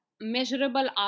measurable